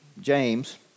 James